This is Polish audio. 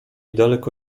daleko